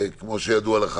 כמו שידוע לך.